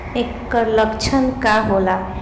ऐकर लक्षण का होला?